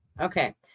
Okay